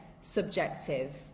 subjective